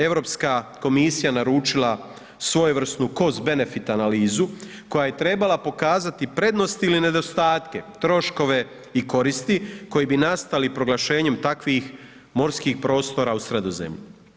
Europska komisija naručila svojevrsnu Cost benefit analizu koja je trebala pokazati prednost ili nedostatke, troškove i koristi koji bi nastali proglašenjem takvih morskih prostora u Sredozemlju.